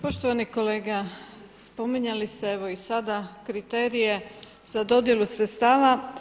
Poštovani kolega, spominjali ste evo i sada kriterije za dodjelu sredstava.